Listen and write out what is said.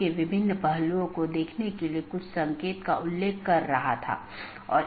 कैसे यह एक विशेष नेटवर्क से एक पैकेट भेजने में मदद करता है विशेष रूप से एक ऑटॉनमस सिस्टम से दूसरे ऑटॉनमस सिस्टम में